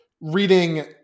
reading